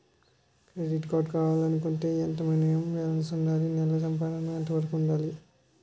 Credit card కావాలి అనుకుంటే ఎంత మినిమం బాలన్స్ వుందాలి? నెల సంపాదన ఎంతవరకు వుండాలి?